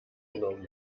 genommen